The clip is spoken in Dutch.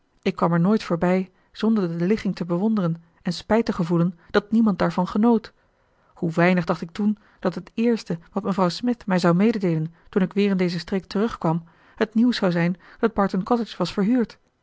ik kwam er nooit voorbij zonder de ligging te bewonderen en spijt te gevoelen dat niemand daarvan genoot hoe weinig dacht ik toen dat het eerste wat mevrouw smith mij zou mededeelen toen ik weer in deze streek terugkwam het nieuws zou zijn dat barton cottage was verhuurd